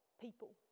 people